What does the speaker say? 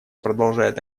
продолжает